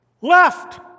Left